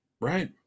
Right